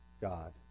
God